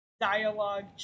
dialogue